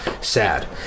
sad